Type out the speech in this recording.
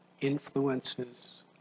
influences